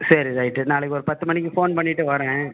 சரி ரைட்டு நாளைக்கு ஒரு பத்து மணிக்கு ஃபோன் பண்ணிவிட்டு வர்றேன்